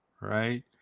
right